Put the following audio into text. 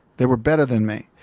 they were better than me.